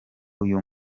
uyu